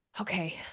okay